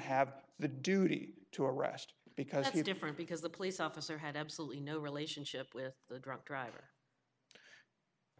have the duty to arrest because he different because the police officer had absolutely no relationship with the drunk driver